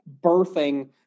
birthing